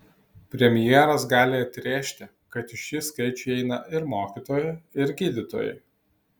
premjeras gali atrėžti kad į šį skaičių įeina ir mokytojai ir gydytojai